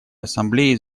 ассамблеи